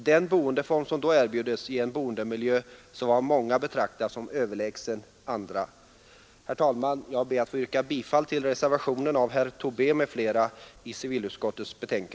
Den boendeform som då erbjuds ger en boendemiljö som av många betraktas som överlägsen andra. Herr talman! Jag ber att få yrka bifall till reservationen av herr Tobé m.fl.